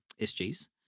SGs